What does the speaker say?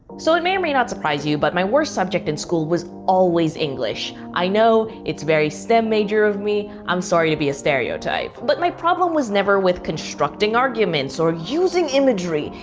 so it may or may not surprise you, but my worst subject in school was always english. i know, it's very stem major of me, i'm sorry to be a stereotype. but my problem was never with constructing arguments, or using imagery,